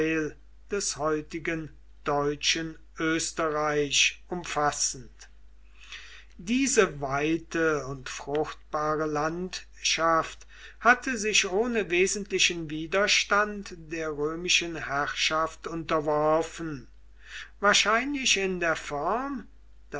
des heutigen deutschen osterreich umfassend diese weite und fruchtbare landschaft hatte sich ohne wesentlichen widerstand der römischen herrschaft unterworfen wahrscheinlich in der form